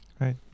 Right